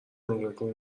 نگاه